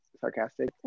sarcastic